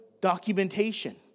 documentation